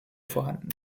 vorhanden